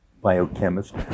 biochemist